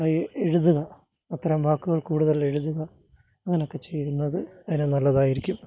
ആയി എഴുതുക അത്തരം വാക്കുകള് കൂടുതൽ എഴുതുക അങ്ങനെയൊക്കെ ചെയ്യുന്നന്നത് അതിന് നല്ലതായിരിക്കും